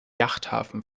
yachthafen